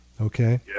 okay